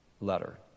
letter